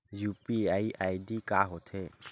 UPI ID का होथे?